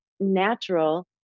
natural